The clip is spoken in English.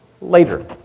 later